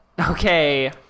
Okay